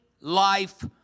life